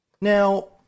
Now